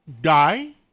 die